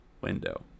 window